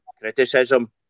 criticism